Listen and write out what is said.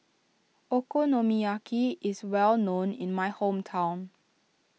Okonomiyaki is well known in my hometown